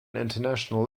international